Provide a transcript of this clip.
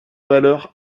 valeur